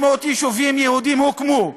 600 יישובים יהודיים הוקמו.